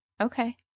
Okay